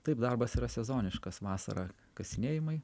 taip darbas yra sezoniškas vasarą kasinėjimai